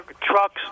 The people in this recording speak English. trucks